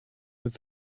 mit